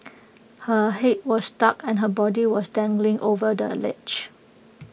her Head was stuck and her body was dangling over the ledge